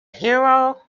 hero